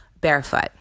barefoot